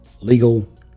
legal